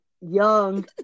young